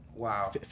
Wow